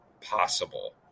possible